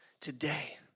today